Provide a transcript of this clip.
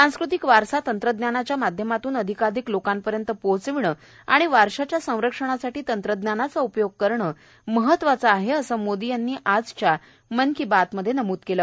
सांस्कृतिक वारसा तंत्रज्ञानाच्या माध्यमातून अधिकाधिक लोकांपर्यंत पोहचविणं आणि या वारशाच्या संरक्षणासाठी तंत्रज्ञानाचा उपयोग करणं महत्वाचं आहे असं मोदी यांनी आजच्या मन की बातमधे नम्द केलं